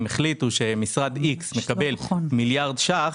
אם החליטו שמשרד "איקס" מקבל מיליארד ש"ח,